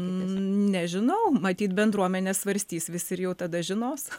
nežinau matyt bendruomenė svarstys visi ir jau tada žinos